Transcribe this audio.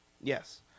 Yes